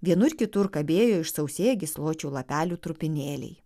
vienur kitur kabėjo išsausėję gysločių lapelių trupinėliai